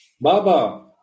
Baba